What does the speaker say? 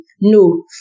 No